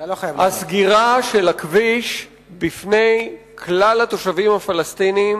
הסגירה של הכביש בפני כלל התושבים הפלסטינים